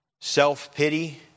self-pity